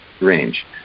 range